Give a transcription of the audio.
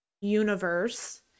universe